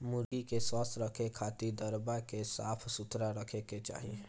मुर्गी के स्वस्थ रखे खातिर दरबा के साफ सुथरा रखे के चाही